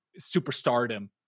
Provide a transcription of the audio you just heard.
superstardom